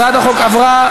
הצעת החוק עברה,